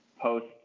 post